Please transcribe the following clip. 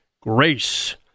Grace